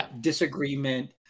disagreement